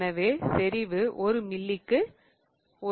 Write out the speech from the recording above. எனவே செறிவு ஒரு மில்லிக்கு கிராம் ஆகும்